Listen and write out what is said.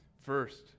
First